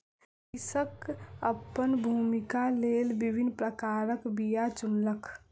कृषक अपन भूमिक लेल विभिन्न प्रकारक बीयाक चुनलक